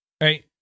Right